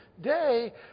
Day